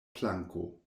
planko